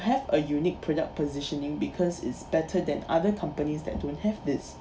have a unique product positioning because it's better than other companies that don't have this